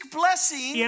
blessing